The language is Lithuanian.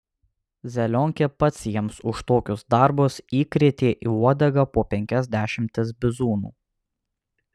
zelionkė pats jiems už tokius darbus įkrėtė į uodegą po penkias dešimtis bizūnų